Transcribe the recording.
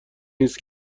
نیست